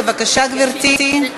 בבקשה, גברתי.